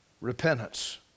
Repentance